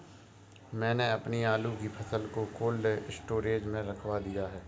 मैंने अपनी आलू की फसल को कोल्ड स्टोरेज में रखवा दिया